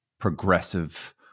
progressive